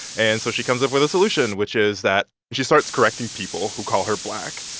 and so she comes up with a solution, which is that she starts correcting people who call her black,